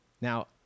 Now